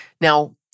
Now